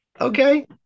Okay